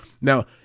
Now